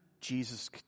Jesus